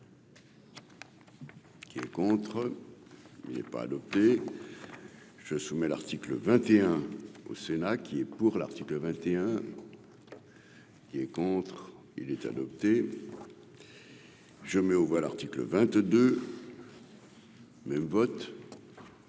Qui est contre, il est pas adopté, je soumets l'article 21 au Sénat qui est pour l'article 21 qui est contre, il est adopté, je mets aux voix, l'article 22 mai votre.